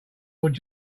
would